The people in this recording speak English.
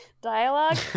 dialogue